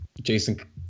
Jason